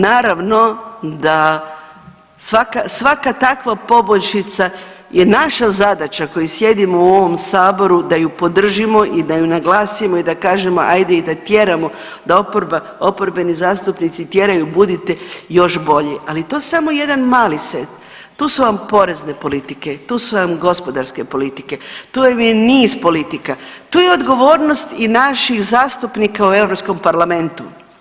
Naravno da svaka, svaka takva poboljšica je naša zadaća koji sjedimo u ovom saboru da ju podržimo i da ju naglasimo i da kažemo ajde i da tjeramo da oporba, oporbeni zastupnici tjeraju budite još bolji, ali to je samo jedan mali set, tu su vam porezne politike, tu su vam gospodarske politike, tu vam je niz politika, tu je odgovornost i naših zastupnika u Europskom parlamentu.